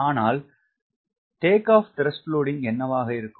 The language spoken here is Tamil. ஆனால் என்னவாக இருக்கும்